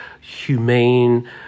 humane